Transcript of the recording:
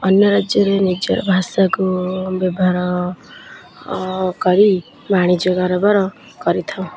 ଅନ୍ୟ ରାଜ୍ୟରେ ନିଜର ଭାଷାକୁ ଆମେ ବ୍ୟବହାର କରି ବାଣିଜ୍ୟ କାରବାର କରିଥାଉ